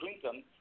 Clinton